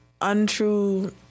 untrue